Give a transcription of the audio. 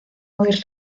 hoy